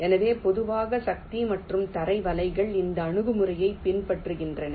எனவே பொதுவாக சக்தி மற்றும் தரை வலைகள் இந்த அணுகுமுறையைப் பின்பற்றுகின்றன